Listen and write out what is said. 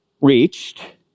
reached